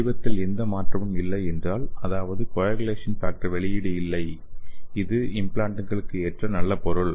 வடிவத்தில் எந்த மாற்றமும் இல்லை என்றால் அதாவது கொயாகுலேசன் ஃபேக்டர் வெளியீடு இல்லை இது இம்ப்லான்ட்களுக்கு ஏற்ற நல்ல பொருள்